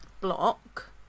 block